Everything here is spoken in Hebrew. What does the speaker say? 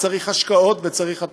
וצריך השקעות וצריך הטבות.